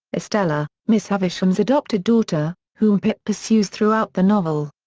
estella, miss havisham's adopted daughter, whom pip pursues throughout the novel.